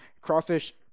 crawfish